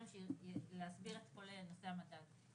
להסביר את כל פרטי המדד.